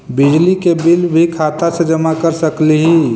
बिजली के बिल भी खाता से जमा कर सकली ही?